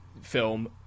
film